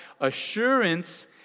assurance